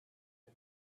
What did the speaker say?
and